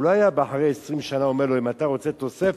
הוא לא היה בא אחרי 20 שנה ואומר לו: אם אתה רוצה תוספת,